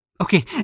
Okay